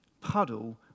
puddle